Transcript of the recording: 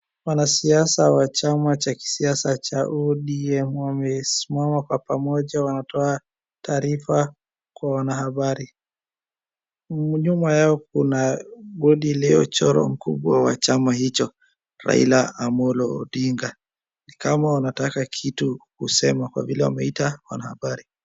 Wanasiasa wa chama cha kisiasa cha ODM wamesimama kwa pamoja wanatoa taarifa kwa wanahabari. Nyuma yao kuna kuna bodi iliochorwa mkubwa wa chama hicho Raila Amollo Odinga. Ni kama wanataka kitu kusema kwa vile wameita wanahabari.